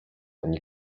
ani